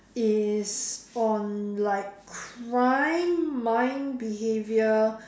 is on like crime mind behaviour